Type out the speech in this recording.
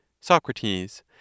Socrates